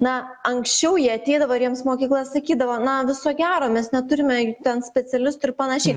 na anksčiau jie ateidavo ir jiems mokykla sakydavo na viso gero mes neturime ten specialistų ir panašiai